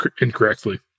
incorrectly